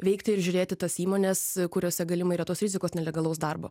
veikti ir žiūrėti tas įmones kuriose galimai yra tos rizikos nelegalaus darbo